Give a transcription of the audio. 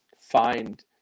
find